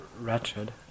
wretched